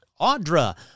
Audra